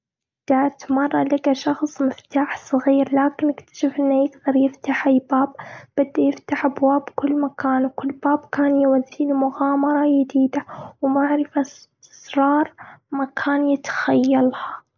ذات مرة، لقى شخص مفتاح صغير. لكن إكتشف إنه يقدر يفتح أي باب. بده يفتح أبواب بكل مكان، وكل باب كان يوديه لمغامرة جديدة. ومعرفة أسرار ما كان يتخيلها.